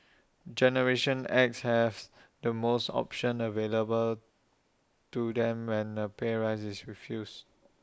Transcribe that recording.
generation X has the most options available to them when A pay rise is refused